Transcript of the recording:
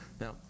Now